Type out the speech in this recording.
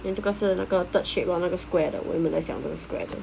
then 这个是那个 third shape lor 那个 square 的我比较喜欢这种 square 的